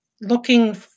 looking